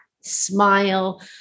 smile